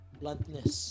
bluntness